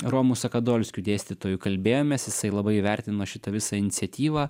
romu sakadolskiu dėstytoju kalbėjomės jisai labai vertino šitą visą iniciatyvą